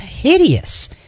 hideous